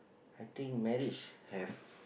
I think marriage have